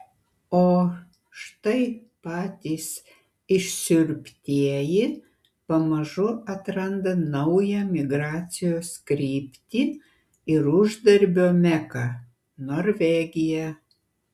o štai patys išsiurbtieji pamažu atranda naują migracijos kryptį ir uždarbio meką norvegiją